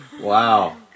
Wow